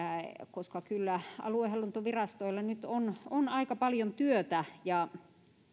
kyllä aluehallintovirastoilla nyt on on aika paljon työtä ja